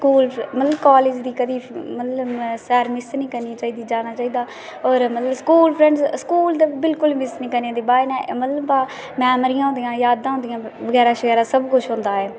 मतलब कॉलेज़ दी कदें सैर मिस निं करनी मतलब जाना चाहिदा ऐ होर स्कूल फ्रैंड्स स्कूल ते कदें मिस निं करना चाहिदा बाद च मतलब मैमोरी होंदी यादां होंदियां मतलब सबकुछ होंदा ऐ एह्